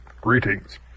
greetings